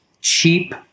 cheap